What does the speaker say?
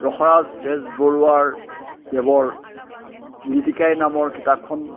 ৰসৰাজ বেজবৰুৱাৰ দেৱৰ লিটিকাই নামৰ কিতাপখন